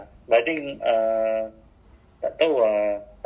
itu hari cakap open the ikea but oh but now open lah